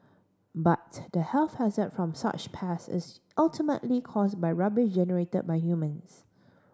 but the health hazard from such pests ultimately caused by rubbish generated by humans